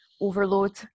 overload